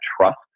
trust